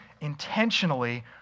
intentionally